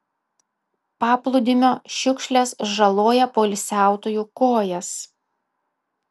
paplūdimio šiukšlės žaloja poilsiautojų kojas